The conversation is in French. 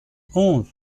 honte